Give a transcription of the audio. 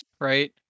right